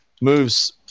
moves